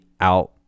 out